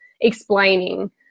explaining